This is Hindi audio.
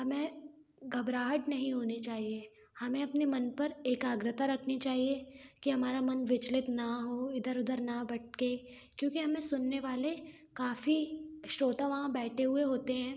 हमें घबराहट नहीं होनी चाहिए हमें अपनी हम पर एकाग्रता रखनी चाहिए कि हमारा मन विचलित ना हो इधर उधर ना भटके क्योंकि हमें सुनने वाले काफ़ी श्रोता वहाँ बैठे हुए होते हैं